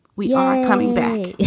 we are coming back